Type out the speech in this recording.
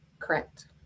Correct